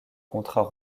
contrat